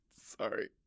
Sorry